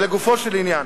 ולגופו של עניין.